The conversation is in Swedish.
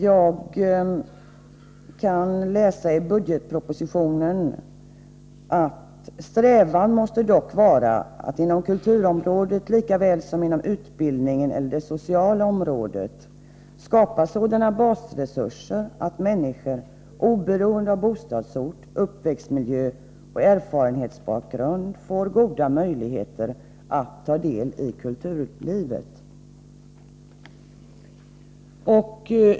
Jag kan i budgetpropositionen läsa bl.a. följande: Strävan måste dock vara att inom kulturområdet, likaväl som inom utbildningen eller det sociala området, skapa sådana basresurser att männis kor, oberoende av bostadsort, uppväxtmiljö och erfarenhetsbakgrund, får goda möjligheter att ta del i kulturlivet.